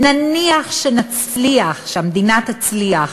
נניח שנצליח, שהמדינה תצליח,